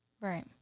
Right